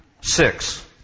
Six